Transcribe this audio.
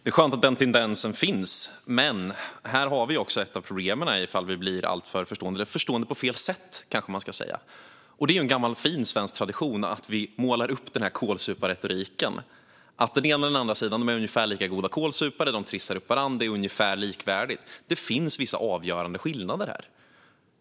Fru talman! Det är skönt att den tendensen finns, men här har vi också ett av problemen om vi blir alltför förstående - eller förstående på fel sätt, kanske man ska säga. Det är ju en gammal fin svensk tradition att vi använder kålsuparretoriken och säger att båda sidorna är ungefär lika goda kålsupare och trissar upp varandra och att det är ungefär likvärdigt. Men det finns vissa avgörande skillnader här.